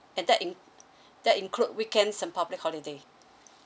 and that in~ that include weekends and public holiday